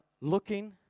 looking